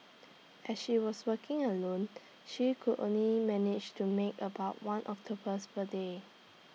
as she was working alone she could only manage to make about one octopus per day